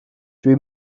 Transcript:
dwi